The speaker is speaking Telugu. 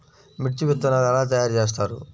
మిర్చి విత్తనాలు ఎలా తయారు చేస్తారు?